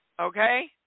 okay